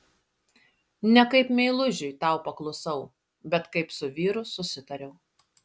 ne kaip meilužiui tau paklusau bet kaip su vyru susitariau